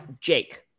Jake